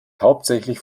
hauptsächlich